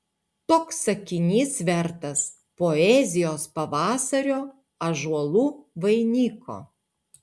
toks sakinys vertas poezijos pavasario ąžuolų vainiko